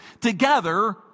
together